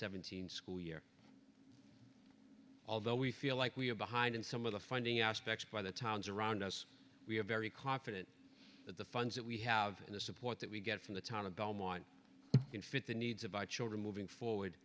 seventeen school year although we feel like we are behind in some of the funding aspects by the towns around us we are very confident that the funds that we have and the support that we get from the town of belmont can fit the needs of our children moving forward